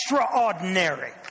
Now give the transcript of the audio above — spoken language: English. extraordinary